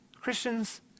Christians